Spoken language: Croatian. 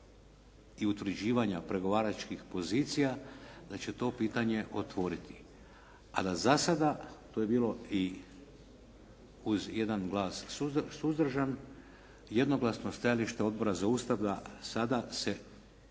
i utvrđivanja pregovaračkih pozicija da će to pitanje otvoriti. A da za sada, to je bilo i uz jedan glas suzdržan jednoglasno stajalište Odbora za Ustav da sada se,